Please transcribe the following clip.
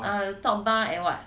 top bar and what